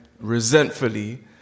resentfully